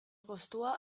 kostua